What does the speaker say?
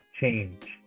change